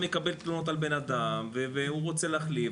אם הוא מקבל תלונות על בנאדם והוא רוצה להחליף,